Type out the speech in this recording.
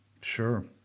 Sure